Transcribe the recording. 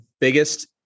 biggest